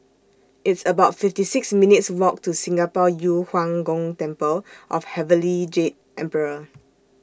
It's about fifty six minutes' Walk to Singapore Yu Huang Gong Temple of Heavenly Jade Emperor